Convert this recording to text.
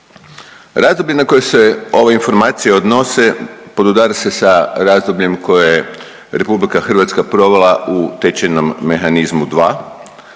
Razdoblje na koje se ove informacije odnose, podudara se sa razdobljem koje RH provela u tečajnom mehanizmu